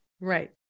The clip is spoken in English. Right